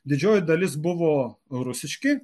didžioji dalis buvo rusiški